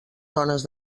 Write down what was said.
dones